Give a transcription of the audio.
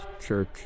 Church